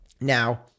now